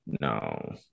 no